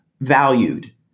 valued